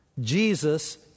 Jesus